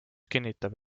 kinnitab